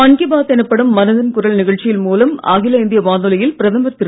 மன் கீ பாத் எனப்படும் மனதின் குரல் நிகழ்ச்சியின் மூலம் அகில இந்திய வானொலியில் பிரதமர் திரு